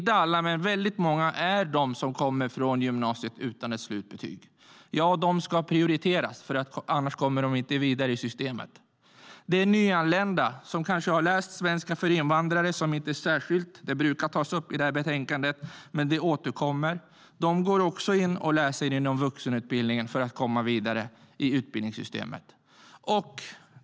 Inte alla men väldigt många kommer från gymnasiet utan slutbetyg. Ja, de ska prioriteras, för annars kommer de inte vidare i systemet. Nyanlända som kanske har läst svenska för invandrare - detta brukar tas upp i betänkandena och återkommer - läser också inom vuxenutbildningen för att komma vidare i utbildningssystemet.